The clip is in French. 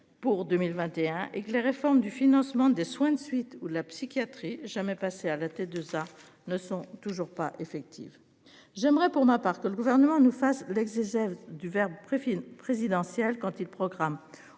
Pour 2021 et que les réformes du financement des soins de suite ou la psychiatrie jamais passés à la tête de ça ne sont toujours pas effective. J'aimerai pour ma part que le gouvernement nous fasse l'exigeait du verbe précis une présidentielle quand il le programme